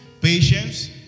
Patience